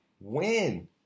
win